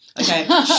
Okay